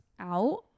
out